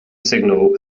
signal